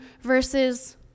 versus